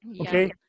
Okay